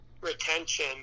retention